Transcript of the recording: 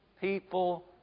people